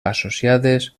associades